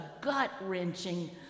gut-wrenching